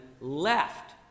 left